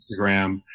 Instagram